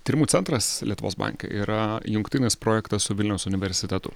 tyrimų centras lietuvos banke yra jungtinis projektas su vilniaus universitetu